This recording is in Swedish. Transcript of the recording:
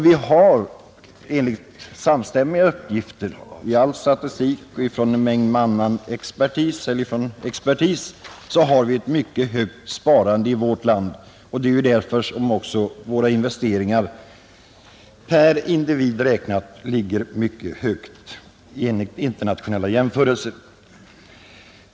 Vi har enligt samstämmiga uppgifter — i all statistik och från expertis — ett mycket högt sparande i vårt land. Det är därför våra investeringar per individ räknat ligger mycket högt vid internationella jämförelser.